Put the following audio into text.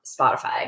Spotify